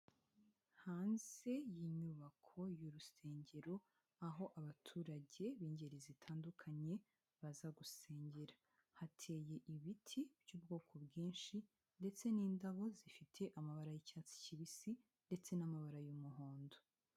Hanze y'inyubako y'urusengero, aho abaturage b'ingeri zitandukanye baza gusengera. Hateye ibiti by'ubwoko bwinshi ndetse n'indabo zifite amabara y'icyatsi kibisi ndetse n'amabara y'umuhondo.